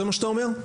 זה מה שאתה אומר?